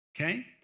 okay